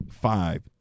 five